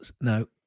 No